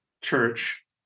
church